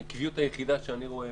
העקביות היחידה שאני רואה